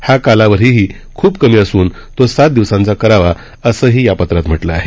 हा कालावधीही खूप कमी असून तो सात दिवसांचा करावा असंही या पत्रात म्हटलं आहे